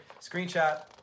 screenshot